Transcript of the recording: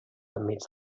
enmig